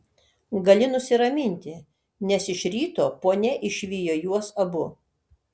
gali nusiraminti nes iš ryto ponia išvijo juos abu